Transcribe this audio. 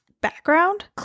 background